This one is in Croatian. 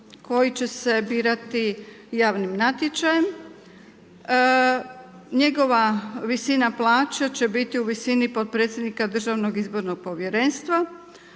koji će se birati javnim natječajem. Njegova visina plaće će biti u visini potpredsjednika DIP-a. Uz to, u samom Povjerenstvu